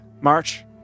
March